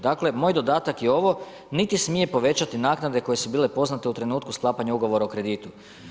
Dakle, moj dodatak je ovo niti smije povećati naknade koje su bile poznate u trenutku sklapanja ugovora o kreditu.